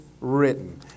written